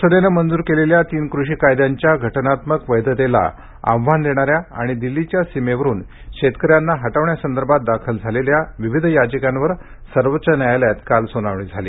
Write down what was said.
संसदेने मंजूर केलेल्या तीन कृषी कायद्यांच्या घटनात्मक वैधतेला आव्हान देणाऱ्या आणि दिल्लीच्या सीमेवरुन शेतकऱ्यांना हटवण्यासदर्भात दाखल झालेल्या विविध याचिकावर सर्वोच्च न्यायालयात काल सुनावणी झाली